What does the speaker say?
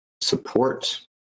support